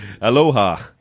Aloha